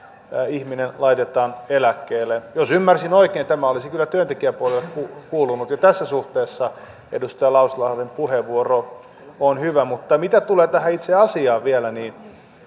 ihminen laitetaan eläkkeelle jos ymmärsin oikein tämä olisi kyllä työntekijäpuolelle sopinut ja tässä suhteessa edustaja lauslahden puheenvuoro on hyvä mutta mitä tulee tähän itse asiaan vielä niin